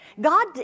God